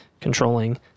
controlling